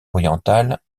orientale